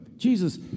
Jesus